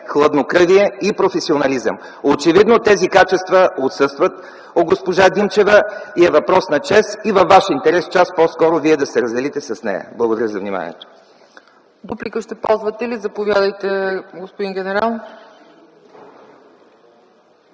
хладнокръвие и професионализъм. Очевидно тези качества отсъстват у госпожа Димчева и е въпрос на чест и във Ваш интерес час по-скоро да се разделите с нея. Благодаря за вниманието. ПРЕДСЕДАТЕЛ ЦЕЦКА ЦАЧЕВА: Ще ползвате ли дуплика? Заповядайте, господин генерал.